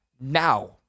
Now